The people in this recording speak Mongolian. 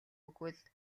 өгвөл